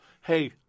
Hey